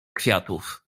kwiatów